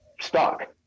stock